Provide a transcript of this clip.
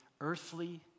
earthly